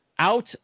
Out